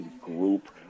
group